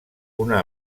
una